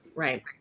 Right